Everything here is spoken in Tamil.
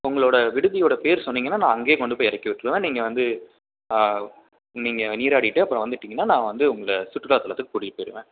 உங்களோடய விடுதி ஓட பேர் சொன்னிங்கன்னால் நான் அங்கேயே கொண்டு போய் இறக்கி விட்டிருவேன் நீங்கள் வந்து நீங்கள் நீராடிவிட்டு அப்புறம் வந்துவிட்டிங்கன்னா நான் வந்து உங்களை சுற்றுலாத்தலத்துக்கு கூட்டிகிட்டு போயிடுவேன்